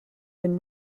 been